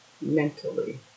mentally